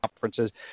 conferences